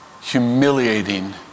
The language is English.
humiliating